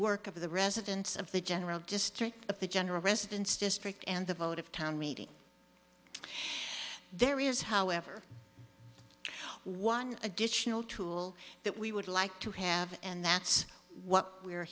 of the residents of the general district of the general residence district and the vote of town meeting there is however one additional tool that we would like to have and that's what we